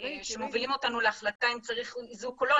שמובילים אותנו להחלטה אם צריך איזוק או לא,